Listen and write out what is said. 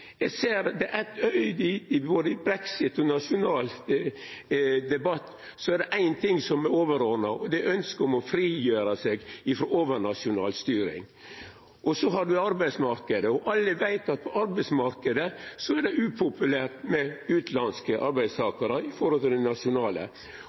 ser at både når det gjeld brexit og nasjonal debatt, er det éin ting som er overordna, og det er ønsket om å frigjera seg frå overnasjonal styring. Så har ein arbeidsmarknaden, og alle veit at på arbeidsmarknaden er det upopulært med